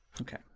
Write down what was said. okay